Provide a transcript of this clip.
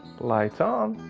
lights on